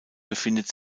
befindet